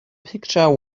picture